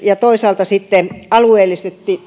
ja toisaalta sitten alueellisesti